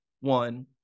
one